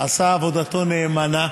עשה את עבודתו נאמנה,